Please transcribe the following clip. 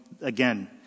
again